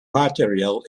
material